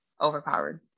overpowered